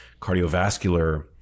cardiovascular